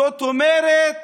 זאת אומרת,